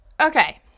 Okay